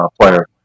player